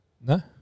No